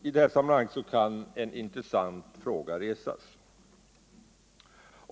I detta sammanhang kan en intressant fråga resas.